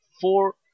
four